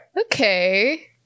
Okay